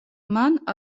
მან